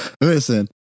listen